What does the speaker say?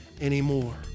anymore